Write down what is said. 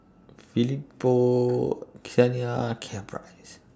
Felipa Saniyah and Caprice